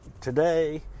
today